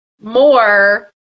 more